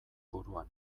buruan